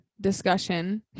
discussion